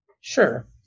Sure